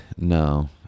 No